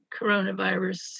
coronavirus